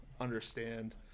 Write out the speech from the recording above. understand